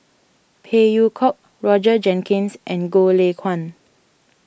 Phey Yew Kok Roger Jenkins and Goh Lay Kuan